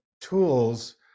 tools